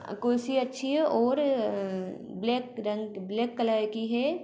कुर्सी अच्छी है और ब्लैक रंग ब्लैक कलर की है